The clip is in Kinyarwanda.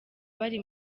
bari